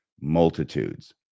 multitudes